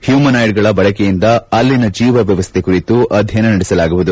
ಹ್ಯುಮೆನಾಯ್ಡ್ಗಳ ಬಳಕೆಯಿಂದ ಅಲ್ಲಿನ ಜೀವ ವ್ಯವಸ್ಥೆ ಕುರಿತು ಅಧ್ಯಯನ ನಡೆಸಲಾಗುವುದು